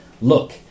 look